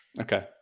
Okay